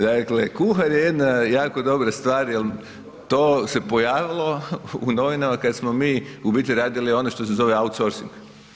Dakle, kuhar je jedna jako dobra stvar jer to se pojavilo u novinama kada smo mi u biti radili ono što se zove outsorcing.